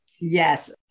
Yes